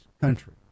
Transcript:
country